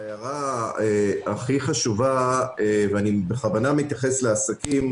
ההערה הכי חשובה ואני בכוונה מתייחס לעסקים